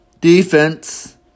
defense